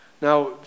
Now